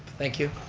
thank you.